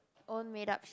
own made up